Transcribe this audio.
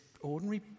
ordinary